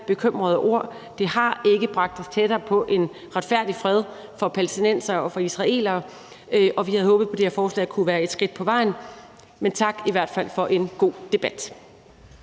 bekymrede ord. Det har ikke bragt os tættere på en retfærdig fred for palæstinensere og for israelere, og vi havde håbet på, at det her forslag kunne være et skridt på vejen. Men i hvert fald tak for en god debat.